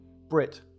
Brit